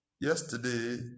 Yesterday